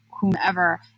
whomever